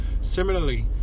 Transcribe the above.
Similarly